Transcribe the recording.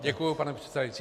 Děkuji, pane předsedající.